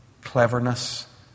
cleverness